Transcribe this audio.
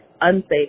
unsafe